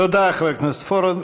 תודה, חבר הכנסת פורר.